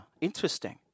interesting